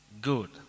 good